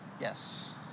Yes